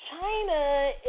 China